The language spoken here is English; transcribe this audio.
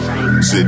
Sit